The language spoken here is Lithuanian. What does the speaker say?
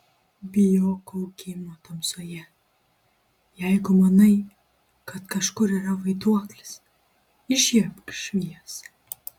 bijok augimo tamsoje jeigu manai kad kažkur yra vaiduoklis įžiebk šviesą